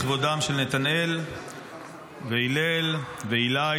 לכבודם של נתנאל והלל ואיליי,